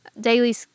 daily